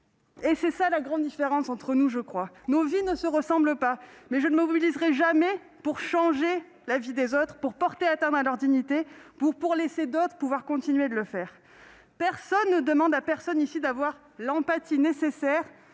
C'est la grande différence entre nous, me semble-t-il : nos vies ne se ressemblent pas, mais je ne me mobiliserai jamais pour changer la vie des autres, pour porter atteinte à leur dignité ou pour en laisser d'autres continuer à le faire. Personne ici ne demande à personne d'avoir l'empathie nécessaire